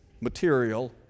material